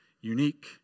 unique